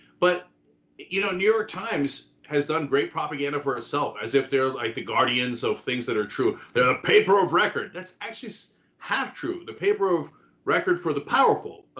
but you know new york times has done great propaganda for itself, as if they're like the guardian so of things that are true, they're a paper of record. that's actually so half true. the paper of record for the powerful.